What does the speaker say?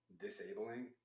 disabling